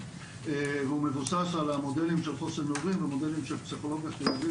והוא מבוסס על המודלים של חוסן הורי ומודלים של פסיכולוגיה חיובית,